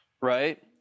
right